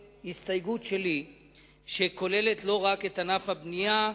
הסתייגות שלי שכוללת לא רק את ענף הבנייה,